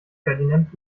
ferdinand